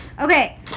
Okay